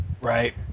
Right